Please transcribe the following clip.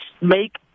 make